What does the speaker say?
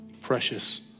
precious